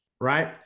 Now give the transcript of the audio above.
Right